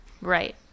Right